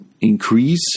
increase